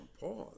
pause